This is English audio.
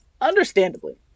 Understandably